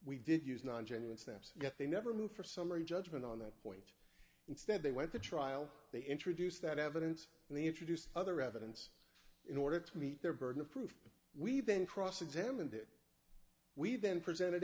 we didn't use non genuine stamps yet they never moved for summary judgment on that point instead they went to trial they introduced that evidence and they introduced other evidence in order to meet their burden of proof we've been cross examined it we then presented